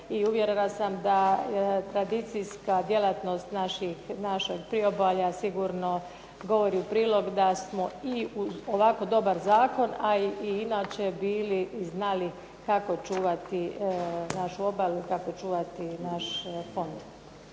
uvjerena sam da tradicijska djelatnost našeg priobalja sigurno govori u prilog da smo i uz ovako dobar zakon, a i inače bili znali kako čuvati našu obalu i kako čuvati naš fond.